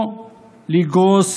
או לגרוס